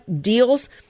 deals